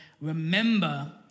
remember